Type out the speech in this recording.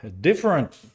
different